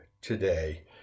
today